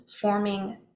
forming